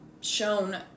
shown